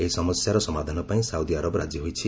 ଏହି ସମସ୍ୟାର ସମାଧାନ ପାଇଁ ସାଉଦିଆରବ ରାଜି ହୋଇଛି